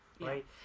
right